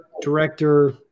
director